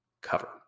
cover